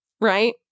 right